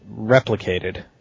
replicated